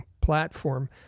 platform